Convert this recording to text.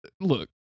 look